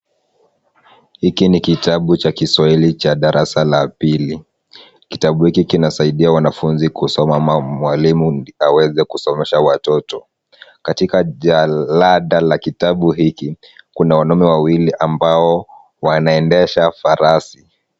Hiki ni kitabu cha Kiswahili cha darasa la pili. Kitabu hiki kinasaidia wanafunzi kusoma mwalimu aweze kusomesha watoto . Katika jalada la kitabu hiki kuna wanaume wawili ambao wanaendesha farasi .